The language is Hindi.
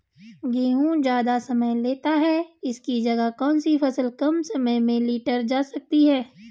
गेहूँ ज़्यादा समय लेता है इसकी जगह कौन सी फसल कम समय में लीटर जा सकती है?